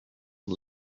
and